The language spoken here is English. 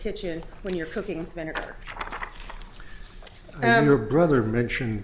kitchen when you're cooking dinner and your brother mention